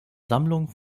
sammlung